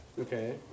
Okay